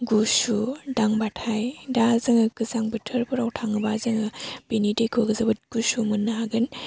गुसु दांबाथाय दा जोङो गोजां बोथोरफोराव थाङोबा जोङो बेनि दैखौ जोबोद गुसु मोननो हागोन